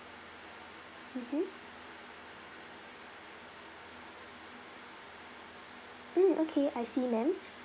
mmhmm mm okay I see ma'am